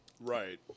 Right